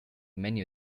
menu